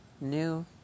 new